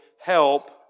help